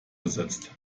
besetzt